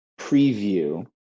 preview